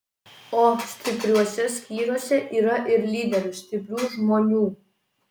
o stipriuose skyriuose yra ir lyderių stiprių žmonių